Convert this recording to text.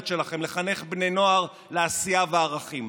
שלכם לחנך בני נוער לעשייה וערכים.